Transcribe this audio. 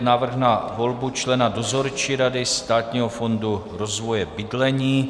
Návrh na volbu člena Dozorčí rady Státního fondu rozvoje bydlení